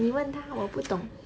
你问他我不懂